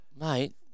Mate